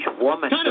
woman